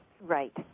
Right